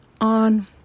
on